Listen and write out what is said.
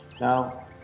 Now